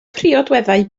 priodweddau